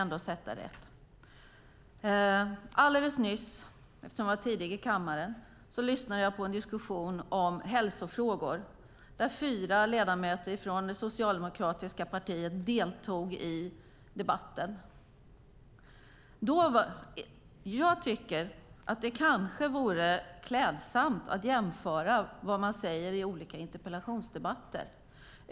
Nyss lyssnade jag på interpellationsdebatten om hälsofrågor där fyra ledamöter från Socialdemokraterna deltog, och det vore kanske klädsamt att jämföra vad man säger i olika interpellationsdebatter.